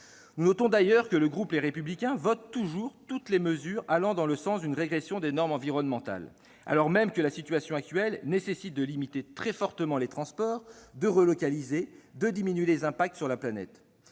Nous notons d'ailleurs que le groupe Les Républicains vote toujours toutes les mesures allant dans le sens d'une régression des normes environnementales, alors même que la situation actuelle nécessite de limiter très fortement les transports, de relocaliser et de diminuer les impacts sur la planète.